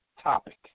topic